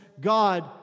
God